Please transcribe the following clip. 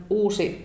uusi